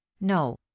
no